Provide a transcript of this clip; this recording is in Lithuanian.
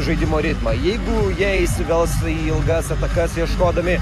žaidimo ritmą jeigu jie įsivels į ilgas atakas ieškodami